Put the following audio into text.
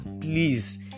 Please